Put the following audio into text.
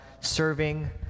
serving